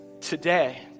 Today